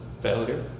failure